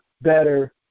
better